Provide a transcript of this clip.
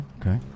Okay